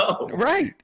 Right